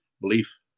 belief